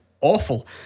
awful